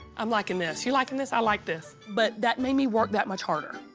i'm liking this. you liking this? i like this. but that made me work that much harder.